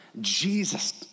Jesus